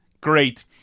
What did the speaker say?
Great